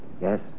Yes